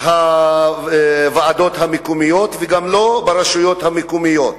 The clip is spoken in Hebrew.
הוועדות המקומיות וגם לא ברשויות המקומיות.